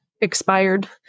expired